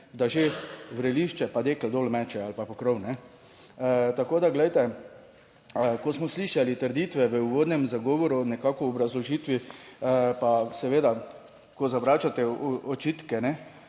da že vrelišče pa deke dol meče ali pa pokrov. Tako da glejte, ko smo slišali trditve v uvodnem zagovoru, nekako v obrazložitvi, pa seveda, ko zavračate očitke,